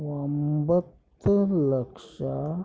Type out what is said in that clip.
ಒಂಬತ್ತು ಲಕ್ಷ